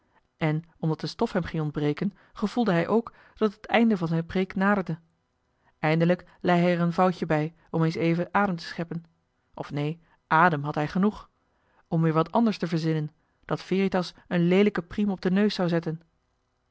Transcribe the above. en omdat de stof hem ging ontbreken gevoelde hij ook dat het einde van zijn preek naderde eindelijk lei hij er een vouwtje bij om eens even adem te scheppen of neen àdem had hij genoeg maar om weer wat anders te verzinnen dat veritas een leelijken priem op den neus zou zetten